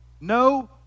no